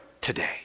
Today